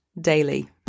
daily